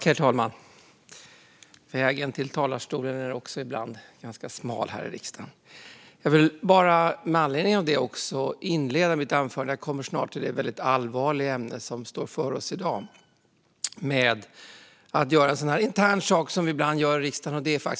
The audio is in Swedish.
Herr talman! Vägen till talarstolen är ibland ganska smal här i riksdagen. Med anledning av det vill jag, innan jag kommer till det väldigt allvarliga ämne som vi står inför i dag, inleda mitt anförande med att göra en sådan där intern sak som vi ibland gör i riksdagen, nämligen att tacka.